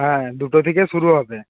হ্যাঁ দুটো থেকে শুরু হবে